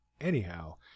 anyhow